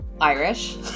irish